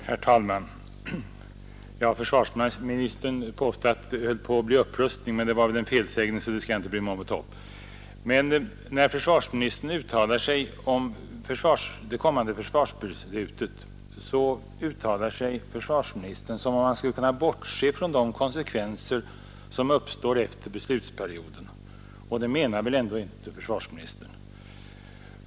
Herr talman! Försvarsministern påstod att det blir upprustning, men det var väl en felsägning, så det skall jag inte bry mig om att ta upp. Försvarsministern uttalar sig om det kommande försvarsbeslutet som om man kunde bortse från de konsekvenser som uppstår efter beslutsperioden, men det tror väl ändå inte försvarsministern.